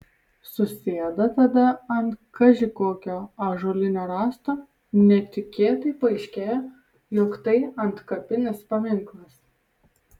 susėda tada ant kaži kokio ąžuolinio rąsto netikėtai paaiškėja jog tai antkapinis paminklas